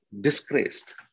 disgraced